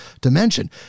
dimension